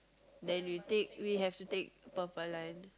then we take we have to take purple line